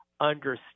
understand